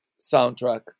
soundtrack